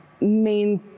main